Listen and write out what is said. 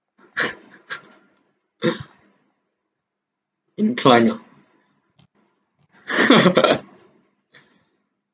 inclined lah